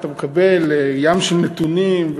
אתה מקבל ים של נתונים,